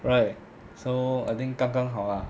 right so I think 刚刚好 lah